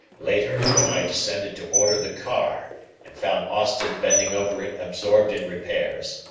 later, when i descended to order the car and found austin bending over it absorbed in repairs,